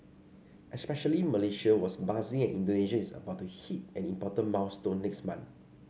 especially Malaysia was buzzing and Indonesia is about to hit an important milestone next month